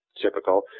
typical